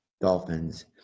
dolphins